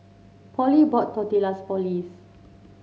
Pollie bought Tortillas for Liz